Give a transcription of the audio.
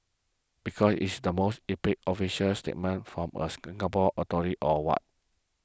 because is the most epic official statement from a Singapore authority or what